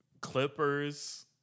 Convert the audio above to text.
Clippers